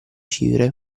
cifre